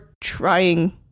trying